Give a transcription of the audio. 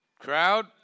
Crowd